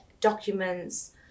documents